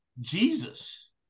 Jesus